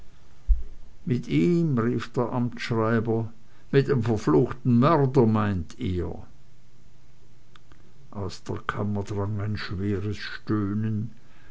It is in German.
mit ihm rief der amtsschreiber mit dem verfluchten mörder meint ihr aus der kammer drang ein schweres stöhnen